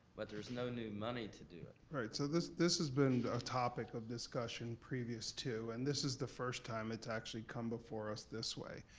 but there's no new money to do it. all right so this this has been a topic of discussion previous too and this is the first time it's actually come before us this way.